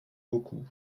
beaucoup